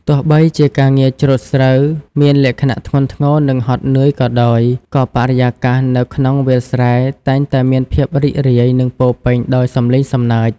ទោះបីជាការងារច្រូតស្រូវមានលក្ខណៈធ្ងន់ធ្ងរនិងហត់នឿយក៏ដោយ ក៏បរិយាកាសនៅក្នុងវាលស្រែតែងតែមានភាពរីករាយនិងពោរពេញដោយសំឡេងសំណើច។